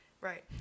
Right